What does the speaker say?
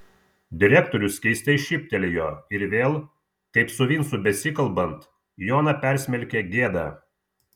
direktorius keistai šyptelėjo ir vėl kaip su vincu besikalbant joną persmelkė gėda